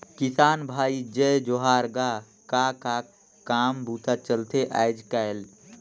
किसान भाई जय जोहार गा, का का काम बूता चलथे आयज़ कायल?